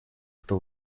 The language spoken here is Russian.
кто